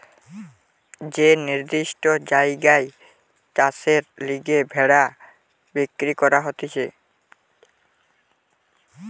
যে নির্দিষ্ট জায়গায় চাষের লিগে ভেড়া বিক্রি করা হতিছে